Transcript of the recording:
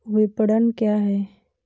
विपणन क्या है?